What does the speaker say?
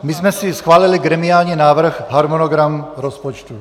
My jsme si schválili gremiální návrh harmonogram rozpočtu.